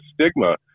stigma